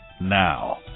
Now